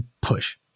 push